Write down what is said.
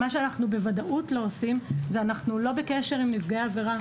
מה שאנחנו בוודאות לא עושים זה שאנחנו לא בקשר עם נפגעי עבירה.